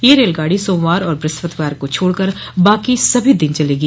यह रेलगाड़ी सोमवार और बृहस्पतिवार को छोड़कर बाको सभी दिन चलेगी